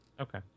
Okay